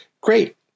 great